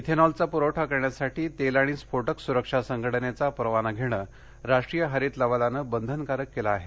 इथेनॉलचा प्रवठा करण्यासाठी तेल आणि स्फोटक स्रक्षा संघटनेचा परवाना घेणे राष्ट्रीय हरित लवादाने बंधनकारक केलं आहे